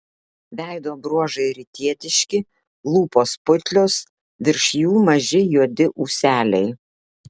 veido bruožai rytietiški lūpos putlios virš jų maži juodi ūseliai